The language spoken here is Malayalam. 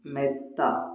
മെത്ത